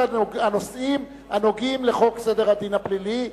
הנושאים הנוגעים לחוק סדר הדין הפלילי,